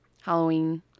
Halloween